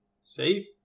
safe